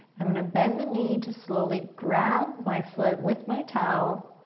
i'm gonna bend the knee to slowly grab my foot with my towel,